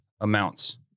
amounts